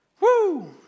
Woo